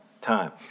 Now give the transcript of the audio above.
time